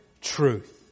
truth